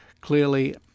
clearly